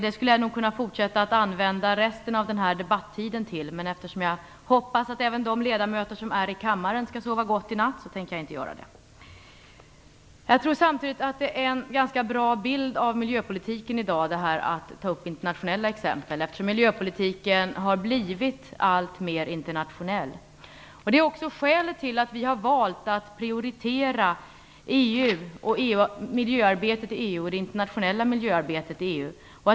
Jag skulle kunna ägna resten av debattiden till att berätta om det. Men eftersom jag hoppas att även de ledamöter som nu sitter i kammaren skall sova gott i natt, tänker jag inte göra det. Samtidigt tror jag att de internationella exemplen ger en ganska bra bild av miljöpolitiken i dag. Miljöpolitiken har blivit alltmer internationell. Det är också skälet till att vi har valt att prioritera EU och miljöarbetet, även det internationella, i EU.